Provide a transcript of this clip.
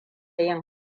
yin